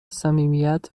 صمیمیت